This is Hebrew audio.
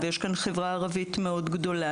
ויש כאן חברה ערבית מאוד גדולה,